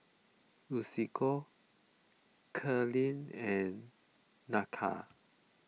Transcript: Lucio Kathleen and Nakia